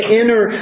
inner